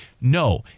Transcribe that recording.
no